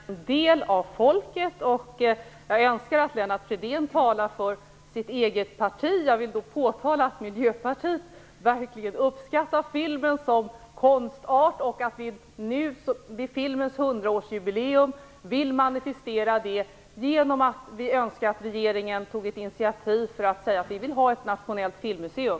Herr talman! Jag anser att jag är en del av folket och jag önskar att Lennart Fridén talar för sitt eget parti. Jag vill påtala att Miljöpartiet verkligen uppskattar filmen som konstart och att vi nu vid filmens hundraårsjubileum vill manifestera det genom vår önskan att regeringen tar ett initiativ för att säga att vi vill ha ett nationellt filmmuseum.